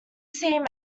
seem